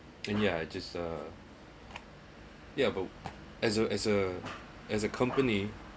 then yeah just uh yeah but as a as a as a company